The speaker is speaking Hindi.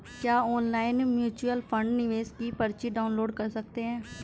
क्या ऑनलाइन म्यूच्यूअल फंड निवेश की पर्ची डाउनलोड कर सकते हैं?